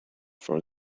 from